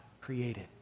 created